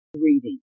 reading